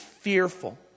fearful